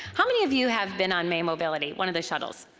how many of you have been on may mobility, one of the shuttles?